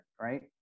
right